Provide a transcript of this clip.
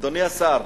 אדוני השר,